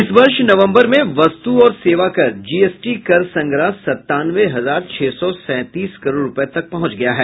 इस वर्ष नवंबर में वस्तू और सेवा कर जीएसटी कर संग्रह सत्तानवे हजार छह सौ सैंतीस करोड़ रुपये तक पहुंच गया है